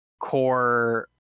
core